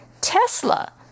Tesla